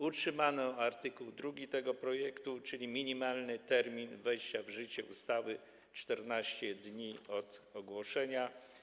Utrzymano art. 2 tego projektu, czyli minimalny termin wejścia w życie ustawy 14 dni od ogłoszenia.